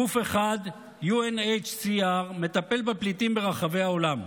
גוף אחד, UNHCR, מטפל בפליטים ברחבי העולם,